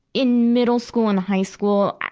in middle school and high school,